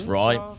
right